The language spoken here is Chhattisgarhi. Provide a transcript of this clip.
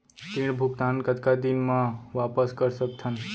ऋण भुगतान कतका दिन म वापस कर सकथन?